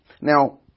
Now